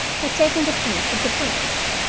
had taken the place of the books.